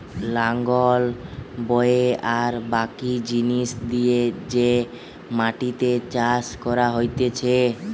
লাঙল বয়ে আর বাকি জিনিস দিয়ে যে মাটিতে চাষ করা হতিছে